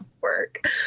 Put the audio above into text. work